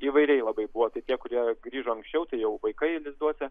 įvairiai labai buvo tie kurie grįžo anksčiau tai jau vaikai lizduose